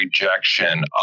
rejection